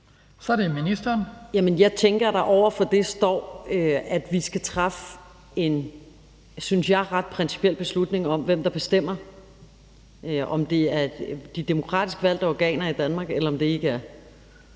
det står, at vi skal træffe en, synes jeg, ret principiel beslutning om, hvem der bestemmer – om det er de demokratisk valgte organer i Danmark, eller om det ikke er.